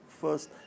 first